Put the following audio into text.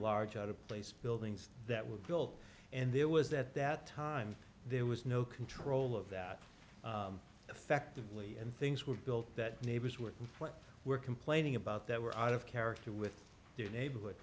of place buildings that were built and there was at that time there was no control of that effectively and things were built that neighbors were were complaining about that were out of character with their neighborhood